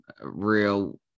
real